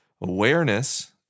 Awareness